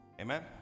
Amen